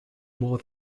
more